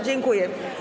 Dziękuję.